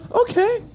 Okay